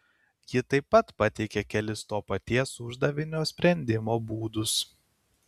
ji taip pat pateikė kelis to paties uždavinio sprendimo būdus